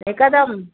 हिकदमि